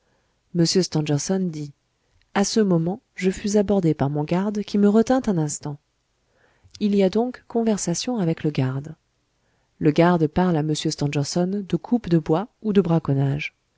dit à ce moment je fus abordé par mon garde qui me retint un instant il y a donc conversation avec le garde le garde parle à m stangerson de coupe de bois ou de braconnage